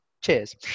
Cheers